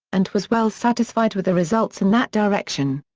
and was well satisfied with the results in that direction.